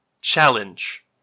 challenge